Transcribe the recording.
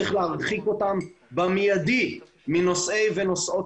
צריך להרחיק אותם במיידי מנושאי ונושאות